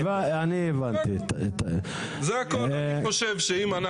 אני בתור יהודי שיושב כאן אומר שקשה לי לראות